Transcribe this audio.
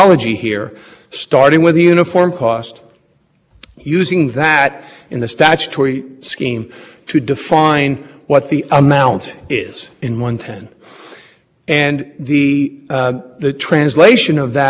succeeded the cross state air pollution rule and change budgets because of information that has been brought to attention of places in which that teabag had erroneous information in it and there for you to